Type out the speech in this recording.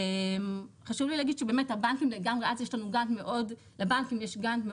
חשוב לי להגיד שאז יש לבנקים גב מאוד